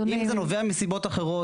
אם זה נובע מסיבות אחרות,